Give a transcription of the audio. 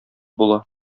була